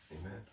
Amen